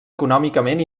econòmicament